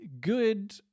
good